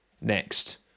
next